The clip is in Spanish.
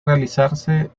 realizarse